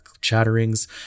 chatterings